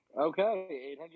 Okay